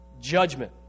judgment